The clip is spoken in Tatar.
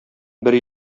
бер